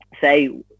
say